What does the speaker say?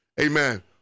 Amen